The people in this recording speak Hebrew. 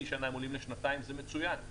זה דבר מצוין,